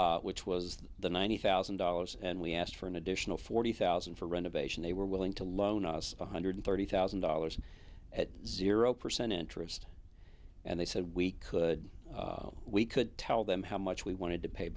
needed which was the ninety thousand dollars and we asked for an additional forty thousand for renovation they were willing to loan us one hundred thirty thousand dollars at zero percent interest and they said we could we could tell them how much we wanted to pay